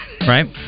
Right